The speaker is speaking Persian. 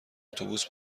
اتوبوس